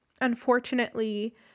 unfortunately